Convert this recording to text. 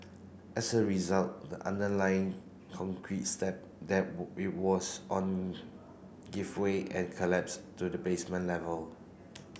as a result the underlying concrete slab that it was on gave way and collapsed to the basement level